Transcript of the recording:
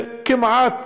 וכמעט